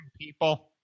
people